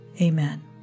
Amen